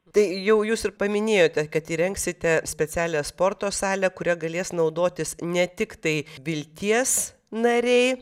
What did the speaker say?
tai jau jūs ir paminėjote kad įrengsite specialią sporto salę kuria galės naudotis ne tik tai vilties nariai